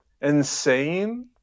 insane